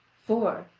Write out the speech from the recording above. for,